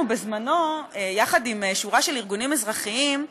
בזמנו, יחד עם שורה של ארגונים אזרחיים,